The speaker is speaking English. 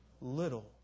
little